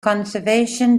conservation